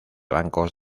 bancos